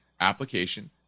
application